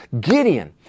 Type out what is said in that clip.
Gideon